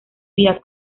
vía